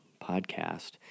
Podcast